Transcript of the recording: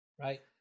right